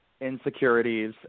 insecurities